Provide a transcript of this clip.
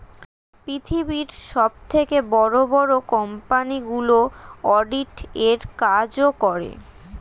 পৃথিবীর সবথেকে বড় বড় কোম্পানিগুলো অডিট এর কাজও করে